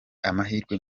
amahirwe